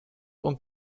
und